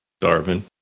Darwin